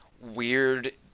weird